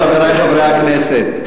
חברי חברי הכנסת,